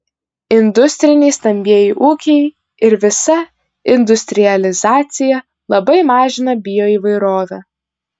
industriniai stambieji ūkiai ir visa industrializacija labai mažina bioįvairovę